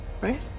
right